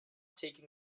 taking